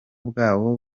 bwabo